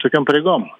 tokiam pareigom